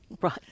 right